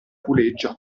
puleggia